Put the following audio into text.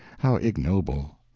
how ignoble!